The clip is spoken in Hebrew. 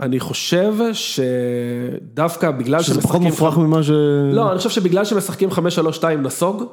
אני חושב שדווקא בגלל, שפחות מופרח ממה ש..., לא אני חושב שבגלל שמשחקים 5-3-2 נסוג